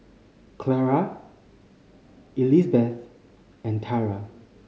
Clara Elizbeth and Tarah